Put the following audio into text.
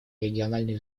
региональной